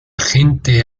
gente